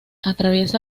atraviesa